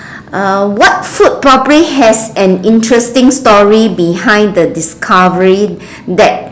uh what food probably has an interesting story behind the discovery that